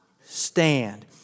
Stand